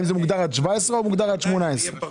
עד גיל 17 או עד גיל 18?